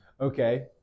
Okay